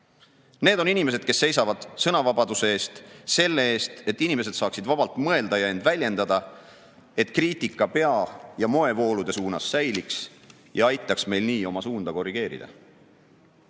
Need on inimesed, kes seisavad sõnavabaduse eest, selle eest, et inimesed saaksid vabalt mõelda ja end väljendada, et kriitika pea‑ ja moevoolude suunas säiliks ja aitaks meil oma suunda korrigeerida.